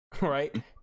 right